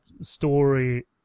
story